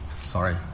Sorry